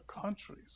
countries